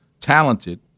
talented